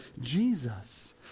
Jesus